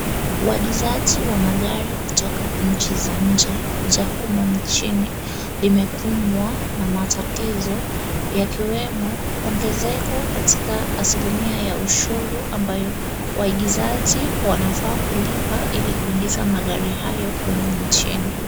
Uagizaji wa magari kutoka nchi za nje kuja humu nchini imekumbwa na matatizo yakiwemo Ongezeko katika asilimia ya ushuru ambayo waigizaji wanafaa kulipa ili kuingiza magari hayo humu nchini.